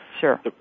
Sure